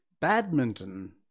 Badminton